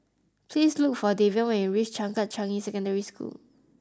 please look for Davion when you reach Changkat Changi Secondary School